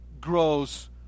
grows